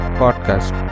podcast